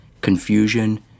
confusion